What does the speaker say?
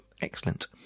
excellent